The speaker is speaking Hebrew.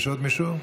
יש עוד מישהו?